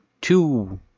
two